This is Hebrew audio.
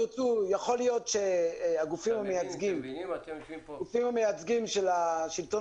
יכול להיות שהגופים המייצגים של השלטון